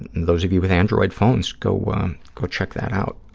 those of you with android phones, go um go check that out.